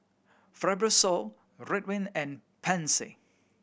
Fibrosol Ridwind and Pansy